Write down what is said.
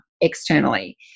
externally